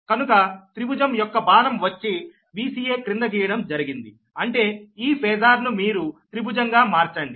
కనుక త్రిభుజం యొక్క బాణం వచ్చి Vca క్రింద గీయడం జరిగిందిఅంటే ఈ ఫేజార్ ను మీరు త్రిభుజం గా మార్చండి